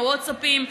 הוואטספים,